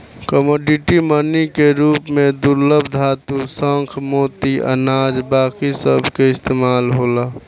commodity money के रूप में दुर्लभ धातु, शंख, मोती, अनाज बाकी सभ के इस्तमाल होला